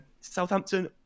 Southampton